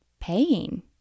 paying